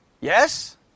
Yes